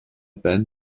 band